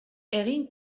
egin